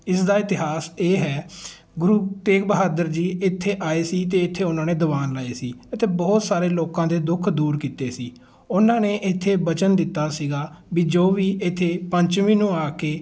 ਇਸ ਦਾ ਇਤਿਹਾਸ ਇਹ ਹੈ ਗੁਰੂ ਤੇਗ ਬਹਾਦਰ ਜੀ ਇੱਥੇ ਆਏ ਸੀ ਅਤੇ ਇੱਥੇ ਉਹਨਾਂ ਨੇ ਦੀਵਾਨ ਲਾਏ ਸੀ ਅਤੇ ਬਹੁਤ ਸਾਰੇ ਲੋਕਾਂ ਦੇ ਦੁੱਖ ਦੂਰ ਕੀਤੇ ਸੀ ਉਹਨਾਂ ਨੇ ਇੱਥੇ ਬਚਨ ਦਿੱਤਾ ਸੀਗਾ ਵੀ ਜੋ ਵੀ ਇੱਥੇ ਪੰਚਮੀ ਨੂੰ ਆ ਕੇ